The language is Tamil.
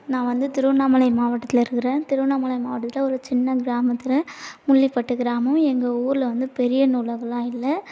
நான் வந்து திருவண்ணாமலை மாவட்டத்தில் இருக்கிறேன் திருவண்ணாமலை மாவட்டத்தில் ஒரு சின்ன கிராமத்தில் முள்ளிப்பட்டு கிராமம் எங்கள் ஊரில் வந்து பெரிய நூலகமெலாம் இல்லை